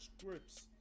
scripts